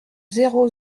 zéro